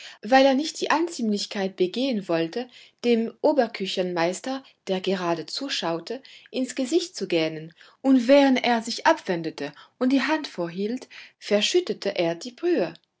weil er nicht die anziemlichkeit begehen wollte dem oberküchenmeister der gerade zuschaute ins gesicht zu gähnen und während er sich abwendete und die hand vorhielt verschüttete er die brühe